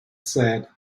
said